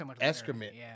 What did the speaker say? excrement